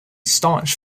staunch